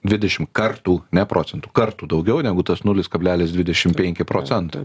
dvidešimt kartų ne procentų kartų daugiau negu tas nulis kablelis dvidešimt penki procentai